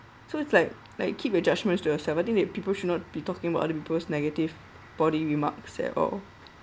so it's like like keep your judgments to yourself I think that people should not be talking about other people's negative body remarks at all